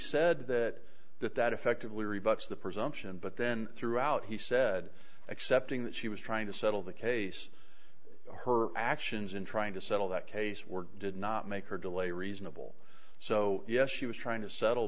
said that that that effectively rebuts the presumption but then throughout he said accepting that she was trying to settle the case her actions in trying to settle that case were did not make her delay reasonable so yes she was trying to settle